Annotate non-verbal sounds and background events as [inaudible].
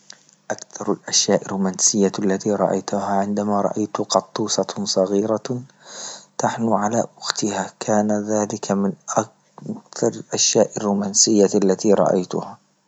أكثر الأشياء الرومانسية التي رأيتها عندما رأيت قطوسة صغيرة تحنو على أختها، كان ذلك [unintelligible] من الأشياء الرومانسية التي رأيتها.